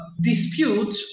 dispute